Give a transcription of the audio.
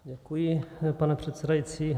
Děkuji, pane předsedající.